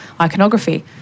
iconography